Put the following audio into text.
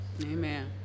Amen